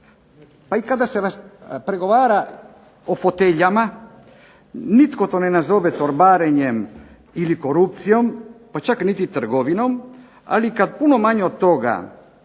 pa i kada se pregovara o foteljama nitko to ne zove torbarenjem ili korupcijom pa čak niti trgovinom, ali kada puno manje od toga